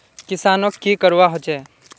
किसानोक की करवा होचे?